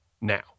now